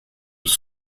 was